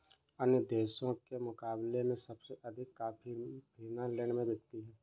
अन्य देशों के मुकाबले में सबसे अधिक कॉफी फिनलैंड में बिकती है